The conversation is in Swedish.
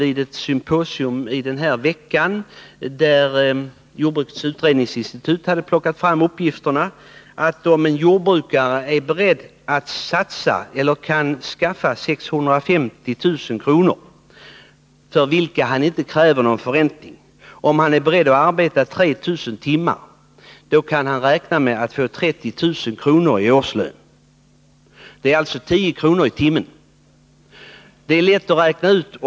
Jag har erfarit den här veckan vid ett symposium — Jordbrukets utredningsinstitut hade tagit fram uppgifterna — att om en jordbrukare är beredd att själv satsa — eller kan skaffa — 650 000 kr., för vilka han inte kräver någon förräntning, och om han är beredd att arbeta 3 000 timmar, kan han räkna med att få 30 000 kr. i årslön. Det innebär alltså 10 kr. i timmen.